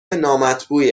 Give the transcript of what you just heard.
نامطبوعی